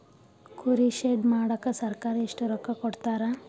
ಕುರಿ ಶೆಡ್ ಮಾಡಕ ಸರ್ಕಾರ ಎಷ್ಟು ರೊಕ್ಕ ಕೊಡ್ತಾರ?